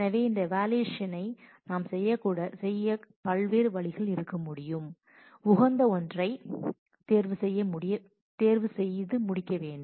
எனவே இந்த ஈவாலுவேஷனை நாம் செய்யக்கூடிய பல்வேறு வழிகள் இருக்க முடியும் உகந்த ஒன்றை தேர்ந்தெடுத்து முடிவு செய்ய வேண்டும்